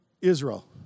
Israel